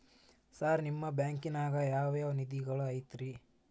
Sir ನಿಮ್ಮ ಬ್ಯಾಂಕನಾಗ ಯಾವ್ ಯಾವ ನಿಧಿಗಳು ಐತ್ರಿ?